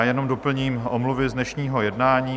Jenom doplním omluvy z dnešního jednání.